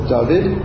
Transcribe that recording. David